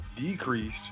decreased